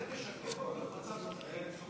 זה משקף את המצב הקיים.